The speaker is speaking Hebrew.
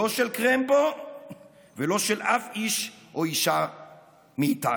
לא של קרמבו ולא של אף איש או אישה מאיתנו.